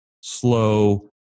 slow